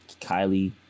Kylie